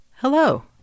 Hello